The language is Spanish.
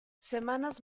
semanas